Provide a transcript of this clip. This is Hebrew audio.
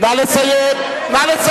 נא לסיים.